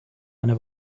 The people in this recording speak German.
eine